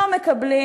לא מקבלים,